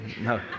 No